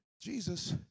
Jesus